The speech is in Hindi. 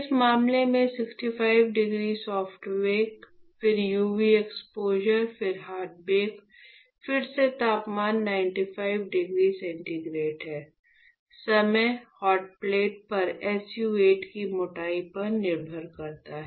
इस मामले में 65 डिग्री सॉफ्ट बेक फिर यूवी एक्सपोज़र फिर हार्ड बेक फिर से तापमान 95 डिग्री सेंटीग्रेड है समय हॉटप्लेट पर SU 8 की मोटाई पर निर्भर करता है